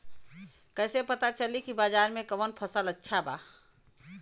कैसे पता चली की बाजार में कवन फसल अच्छा बा?